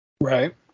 right